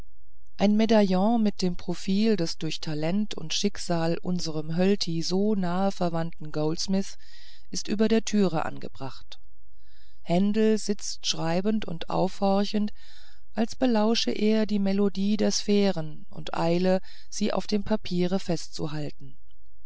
ein medaillon mit dem profil des durch talent und schicksal unserem hölty so nah verwandten goldsmith ist über der türe angebracht händel sitzt schreibend und aufhorchend als belausche er die melodie der sphären und eile sie auf dem papiere festzuhalten